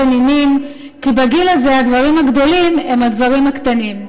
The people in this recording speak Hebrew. בנינים / כי בגיל הזה הדברים הגדולים הם הדברים הקטנים.